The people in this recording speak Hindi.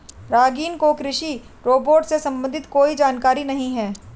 रागिनी को कृषि रोबोट से संबंधित कोई जानकारी नहीं है